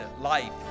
life